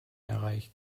erreicht